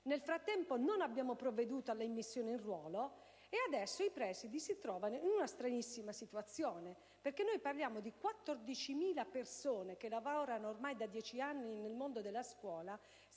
Nel frattempo, non abbiamo provveduto all'immissione in ruolo, e adesso i presidi si trovano in una stranissima situazione. Parliamo, infatti, di 14.000 persone che lavorano ormai da dieci anni nel mondo della scuola